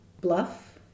Bluff